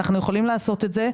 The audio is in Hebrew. אנחנו יכולים לעשות את זה,